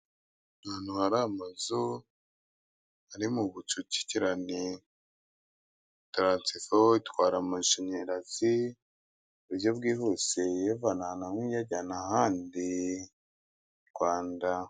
Ahantu hari amazu ari mu bucucikirane, taransifo itwara amashanyarazi ku buryo bwihuse iyavana ahantu hamwe iyajyana ahandi Rwanda.